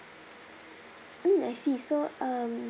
mm I see so um